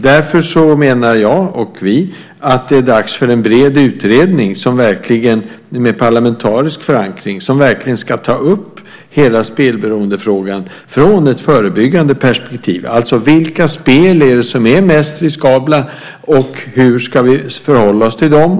Därför menar jag och vi att det är dags för en bred utredning med parlamentarisk förankring som verkligen ska ta upp hela spelberoendefrågan från ett förebyggande perspektiv, alltså: Vilka spel är det som är mest riskabla, och hur ska vi förhålla oss till dem?